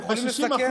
הם יכולים לסכן,